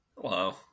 hello